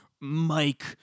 Mike